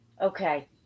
Okay